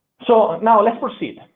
so now proceed.